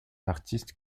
artistes